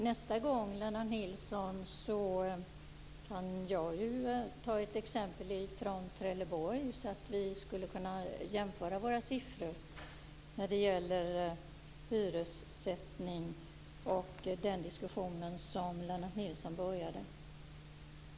Fru talman! Nästa gång kan jag ta ett exempel från Trelleborg, Lennart Nilsson. Då skulle vi kunna jämföra våra siffror när det gäller hyressättning och den diskussion som Lennart Nilsson började.